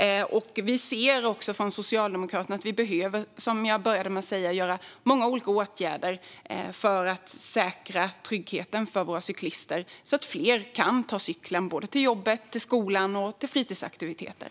Som jag började med att säga anser Socialdemokraterna att vi behöver vidta många olika åtgärder för att säkra tryggheten för våra cyklister så att fler kan ta cykeln både till jobbet, till skolan och till fritidsaktiveter.